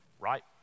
right